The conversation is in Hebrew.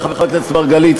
חבר הכנסת מרגלית,